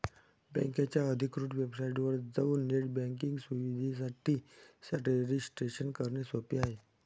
बकेच्या अधिकृत वेबसाइटवर जाऊन नेट बँकिंग सुविधेसाठी रजिस्ट्रेशन करणे सोपे आहे